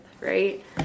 right